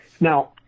Now